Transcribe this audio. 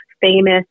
famous